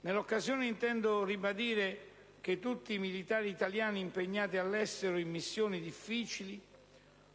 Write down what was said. Nell'occasione, intendo ribadire che a tutti i militari italiani impegnati all'estero in missioni difficili -